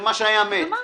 מה שהיה מת.